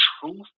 truth